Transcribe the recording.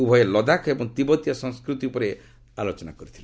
ଉଭୟେ ଲଦାଖ ଏବଂ ତିବତୀୟ ସଂସ୍କୃତି ଉପରେ ଆଲୋଚନା କରିଥିଲେ